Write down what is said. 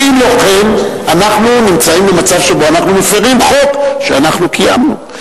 שאם לא כן אנחנו נמצאים במצב שבו אנחנו מפירים חוק שאנחנו קיימנו.